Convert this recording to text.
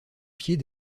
pied